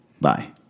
Bye